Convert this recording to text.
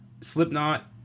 Slipknot